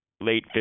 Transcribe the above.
late